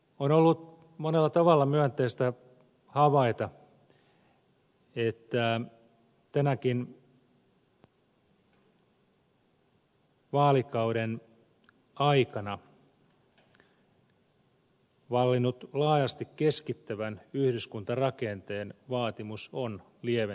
on ollut monella tavalla myönteistä havaita että tämänkin vaalikauden aikana vallinnut laajasti keskittävän yhdyskuntarakenteen vaatimus on lieventymässä